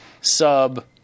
sub